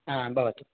भवतु